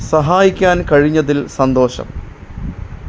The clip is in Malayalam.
സഹായിക്കാൻ കഴിഞ്ഞതിൽ സന്തോഷം